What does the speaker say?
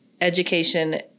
education